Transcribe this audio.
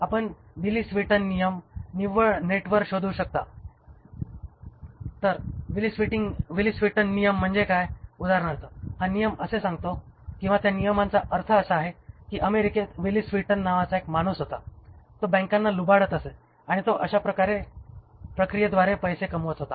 आपण Willie Sutton नियम निव्वळ नेटवर शोधू शकता तर विली स्वीटन नियम म्हणजे काय उदाहरणार्थ हा नियम असे सांगतो किंवा त्या नियमांचा अर्थ असा आहे की अमेरिकेत विली स्वीटन नावाचा एक माणूस होता तो बँकांना लुबाडत असे आणि तो अशाप्रकारे प्रक्रियेद्वारे पैसे कमवत होता